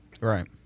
Right